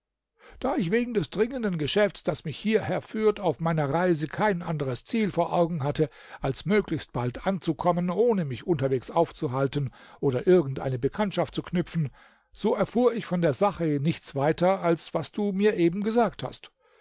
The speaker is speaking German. da ich wegen des dringenden geschäfts das mich hierher führt auf meiner reise kein anderes ziel vor augen hatte als möglichst bald anzukommen ohne mich unterwegs aufzuhalten oder irgend eine bekanntschaft anzuknüpfen so erfuhr ich von der sache nichts weiter als was du mir eben gesagt hast